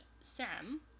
Sam